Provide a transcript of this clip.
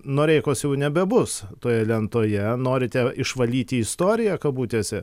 noreikos jau nebebus toje lentoje norite išvalyti istoriją kabutėse